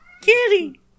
Kitty